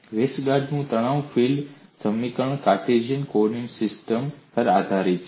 વેસ્ટરગાર્ડનુંWestergaard's તણાવ ફિલ્ડ સમીકરણ Cartesian coordinate system પર આધારિત છે